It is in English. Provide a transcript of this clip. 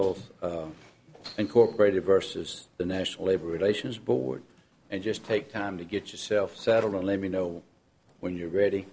it's incorporated versus the national labor relations board and just take time to get yourself settled and let me know when you're ready